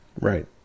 Right